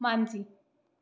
Mansi